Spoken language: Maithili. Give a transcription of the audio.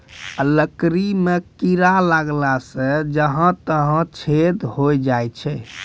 लकड़ी म कीड़ा लगला सें जहां तहां छेद होय जाय छै